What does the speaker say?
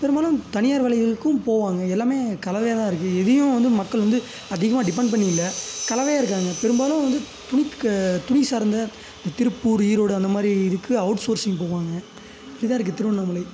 பெரும்பாலும் தனியார் வேலைகளுக்கும் போவாங்க எல்லாமே கலவையாக தான் இருக்குது எதையும் வந்து மக்கள் வந்து அதிகமாக டிப்பண்ட் பண்ணி இல்லை கலவையாக இருக்காங்க பெரும்பாலும் வந்து துணி க துணி சார்ந்த இந்த திருப்பூர் ஈரோடு அந்த மாதிரி இதுக்கு அவுட்சோர்ஸிங் போவாங்க இப்படி தான் இருக்குது திருவண்ணாமலை